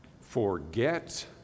Forget